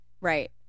right